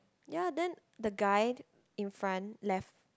ya then the guy in front left